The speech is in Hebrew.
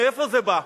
מאיפה זה בא?